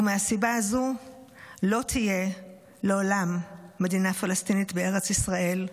ומהסיבה הזו לא תהיה לעולם מדינה פלסטינית בארץ ישראל,